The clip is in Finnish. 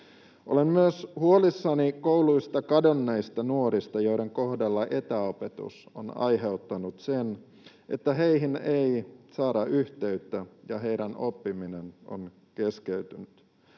Olen myös huolissani kouluista kadonneista nuorista, joiden kohdalla etäopetus on aiheuttanut sen, että heihin ei saada yhteyttä ja heidän oppimisensa on keskeytynyt.